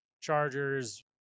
chargers